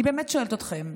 אני באמת שואלת אתכם: